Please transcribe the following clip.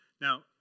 Now